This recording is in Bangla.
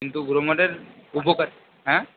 কিন্তু গ্রো মোরের উপকার হ্যাঁ